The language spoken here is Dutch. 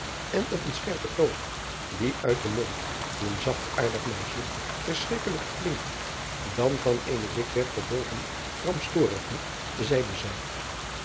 en op een scherpen toon die uit den mond van een zachtaardig meisje verschrikkelijker klinkt dan van eene dikwerf verbolgen gramstorige zeide zij